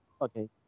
Okay